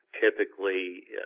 Typically